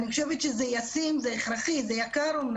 אני חושבת שזה ישים וזה הכרחי למרות שזה יקר.